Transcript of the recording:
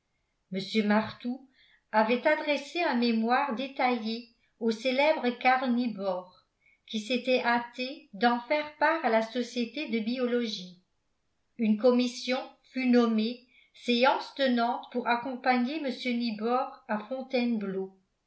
mr martout avait adressé un mémoire détaillé au célèbre karl nibor qui s'était hâté d'en faire part à la société de biologie une commission fut nommée séance tenante pour accompagner mr nibor à fontainebleau